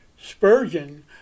Spurgeon